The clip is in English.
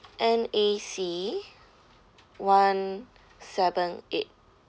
N A C one seven eight